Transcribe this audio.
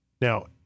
Now